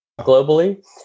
globally